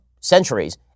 centuries